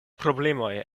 problemoj